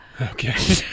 Okay